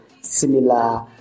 similar